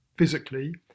physically